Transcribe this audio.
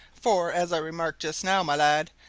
for, as i remarked just now, my lad,